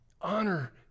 honor